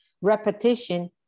repetition